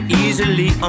easily